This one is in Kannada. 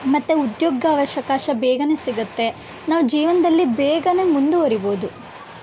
ಮತ್ತು ಉದ್ಯೋಗ ಅವಕಾಶ ಬೇಗನೆ ಸಿಗುತ್ತೆ ನಾವು ಜೀವನದಲ್ಲಿ ಬೇಗನೆ ಮುಂದುವರಿಬೊದು